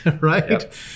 right